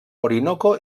orinoco